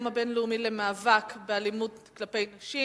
היום הבין-לאומי למאבק באלימות כלפי נשים,